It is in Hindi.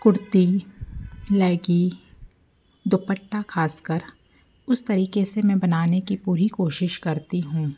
कुर्ती लैगी दुपट्टा ख़ास कर उस तरीक़े से मैं बनाने की पूरी कोशिश करती हूँ